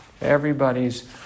Everybody's